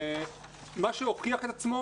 מה שהוכיח את עצמו